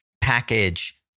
package